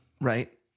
Right